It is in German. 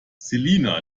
selina